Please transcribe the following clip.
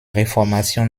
reformation